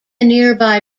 nearby